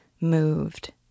moved